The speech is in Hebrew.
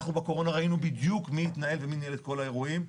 אנחנו בקורונה ראינו בדיוק מי התנהל ומי ניהל את כל האירועים.